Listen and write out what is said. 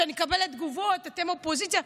שאני מקבלת תגובות: אתם אופוזיציה?